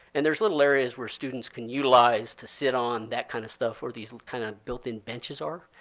and there's little areas where students can utilize to sit on, that kind of stuff, where these kind of built in benches are.